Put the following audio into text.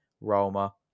Roma